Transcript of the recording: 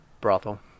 brothel